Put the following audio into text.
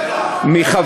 בטח,